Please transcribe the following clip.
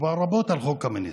דובר רבות על חוק קמיניץ,